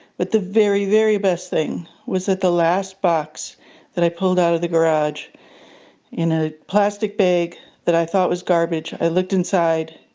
but the very, very best thing was that the last box that i pulled out of the garage in a plastic bag that i thought was garbage, i looked inside,